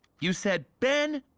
you said, ben,